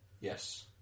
yes